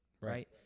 right